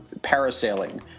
parasailing